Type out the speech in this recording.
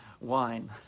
wine